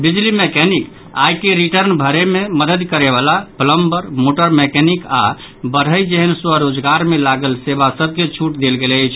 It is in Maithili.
बिजली मैकेनिक आईटी रिटर्न भरय मे मददि करयवला प्लम्बर मोटर मैकेनिक आओर बढ़ई जेहन स्व रोजगार मे लागल सेवा सभ के छूट देल गेल अछि